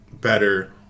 better